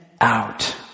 out